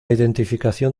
identificación